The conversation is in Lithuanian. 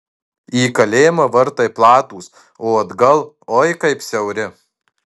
į kalėjimą vartai platūs o atgal oi kaip siauri